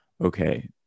Okay